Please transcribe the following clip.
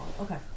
Okay